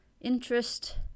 interest